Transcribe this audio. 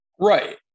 right